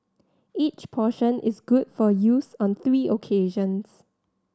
each portion is good for use on three occasions